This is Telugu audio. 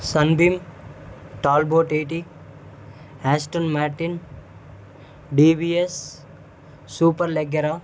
Sunbeam Talbot eighty Aston Martin DBS Superleggera